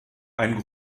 ein